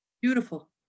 Beautiful